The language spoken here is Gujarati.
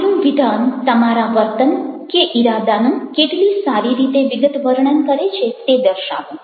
આપેલું વિધાન તમારા વર્તન કે ઈરાદાનું કેટલી સારી રીતે વિગતવર્ણન કરે છે તે દર્શાવો